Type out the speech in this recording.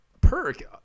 Perk